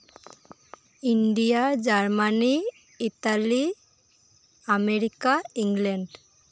India Germany Italy America England